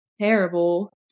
terrible